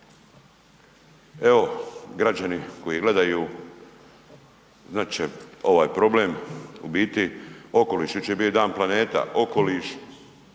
Evo građani koji gledaju znat će ovaj problem, u biti okoliš, jučer je bio i Dan planeta, okoliš